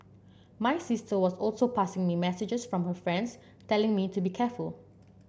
my sister was also passing me messages from her friends telling me to be careful